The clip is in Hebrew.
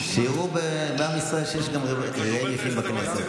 שיראו בעם ישראל שיש גם רגעים יפים בכנסת.